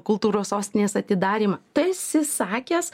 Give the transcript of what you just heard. kultūros sostinės atidarymą tai esi sakęs